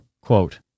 quote